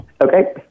Okay